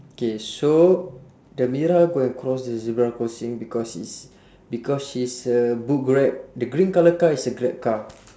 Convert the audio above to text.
K so the mira could have crossed the zebra crossing because he's because she's uh booked grab the green colour car is a grab car